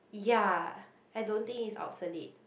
ya I don't think is obsolete